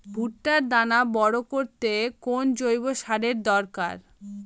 ভুট্টার দানা বড় করতে কোন জৈব সারের দরকার?